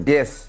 Yes